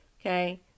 okay